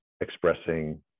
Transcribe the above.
expressing